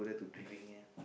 my dream at